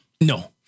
No